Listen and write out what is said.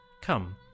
Come